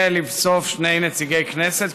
ולבסוף שני נציגי כנסת,